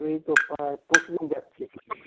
এই তো প্রায় পরশুদিন যাচ্ছি